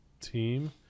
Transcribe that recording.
team